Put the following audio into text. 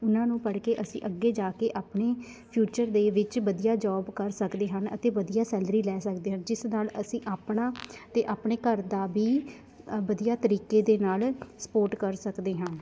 ਉਹਨਾਂ ਨੂੰ ਪੜ੍ਹ ਕੇ ਅਸੀਂ ਅੱਗੇ ਜਾ ਕੇ ਆਪਣੇ ਫਿਊਚਰ ਦੇ ਵਿੱਚ ਵਧੀਆ ਜੋਬ ਕਰ ਸਕਦੇ ਹਨ ਅਤੇ ਵਧੀਆ ਸੈਲਰੀ ਲੈ ਸਕਦੇ ਹਨ ਜਿਸ ਨਾਲ ਅਸੀਂ ਆਪਣਾ ਅਤੇ ਆਪਣੇ ਘਰ ਦਾ ਵੀ ਵਧੀਆ ਤਰੀਕੇ ਦੇ ਨਾਲ ਸਪੋਟ ਕਰ ਸਕਦੇ ਹਾਂ